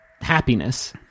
happiness